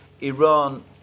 Iran